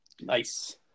nice